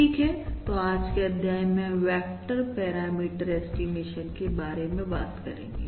ठीक है तो आज के अध्याय में हम वेक्टर पैरामीटर ऐस्टीमेशन के बारे में बात करेंगे